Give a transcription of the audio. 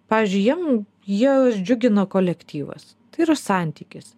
pavyzdžiui jiem juos džiugina kolektyvas tai yra santykis